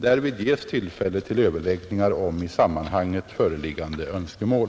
Därvid ges tillfälle till överläggningar om i sammanhanget föreliggande önskemål,